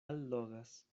allogas